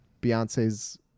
beyonce's